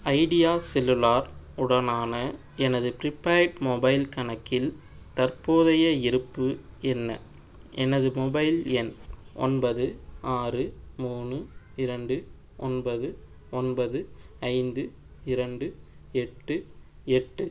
idea cellular உடனான எனது prepaid mobile கணக்கில் தற்போதைய இருப்பு என்ன எனது மொபைல் எண் ஒன்பது ஆறு மூணு இரண்டு ஒன்பது ஒன்பது ஐந்து இரண்டு எட்டு எட்டு